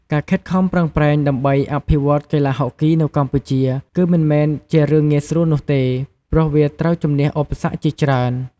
ការខិតខំប្រឹងប្រែងដើម្បីអភិវឌ្ឍកីឡាហុកគីនៅកម្ពុជា គឺមិនមែនជារឿងងាយស្រួលនោះទេ ព្រោះវាត្រូវជម្នះឧបសគ្គជាច្រើន។